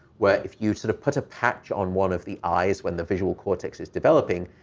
where, if you sort of put a patch on one of the eyes when the visual cortex is developing,